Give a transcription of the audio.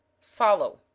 Follow